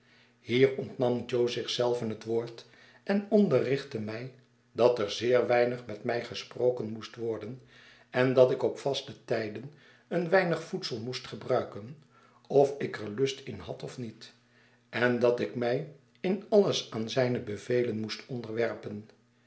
hier ontnam jo zich zelven het woord en onderrichtte mij dat er zeer weinig met mij gesproken moest worden en datik op vaste tijden een weinig voedsel moest gebruiken ofik er lust in had of niet en datik mij in alles aan zijne bevelen moest onderwerpen